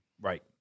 Right